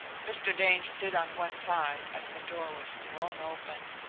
mr. dane stood on one side as the door was thrown open.